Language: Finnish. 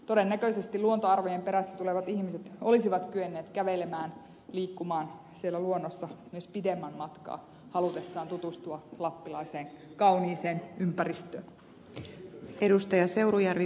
todennäköisesti luontoarvojen perässä tulevat ihmiset olisivat kyenneet kävelemään liikkumaan siellä luonnossa myös pidemmän matkaa halutessaan tutustua lappilaiseen kauniiseen ympäristöön